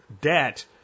debt